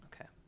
Okay